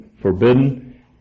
forbidden